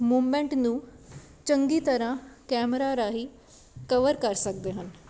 moment ਨੂੰ ਚੰਗੀ ਤਰ੍ਹਾਂ ਕੈਮਰਾ ਰਾਹੀਂ ਕਵਰ ਕਰ ਸਕਦੇ ਹਨ